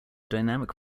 dynamic